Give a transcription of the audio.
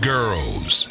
Girls